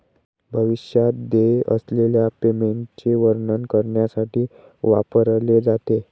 भविष्यात देय असलेल्या पेमेंटचे वर्णन करण्यासाठी वापरले जाते